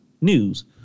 news